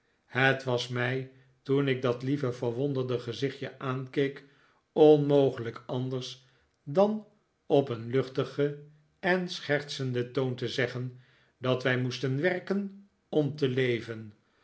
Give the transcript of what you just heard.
het was mij toen ik dat lieve verwonderde gezichtje aankeek onmogelijk anders dan op een luchtigen en schertsenden toon te zeggen dat wij moesten werken om te leven